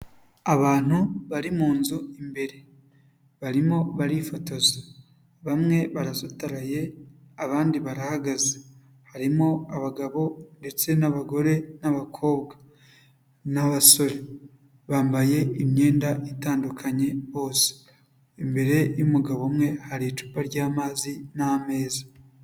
Abantu bari munzu imbere, barimo barifotoza, bamwe barasutaraye abandi barahagaze, harimo abagabo ndetse n'abagore n'abakobwa n'abasore, bambaye imyenda itandukanye bose, imbere y'umugabo umwe hari icupa ry'amazi n'ameza.